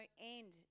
end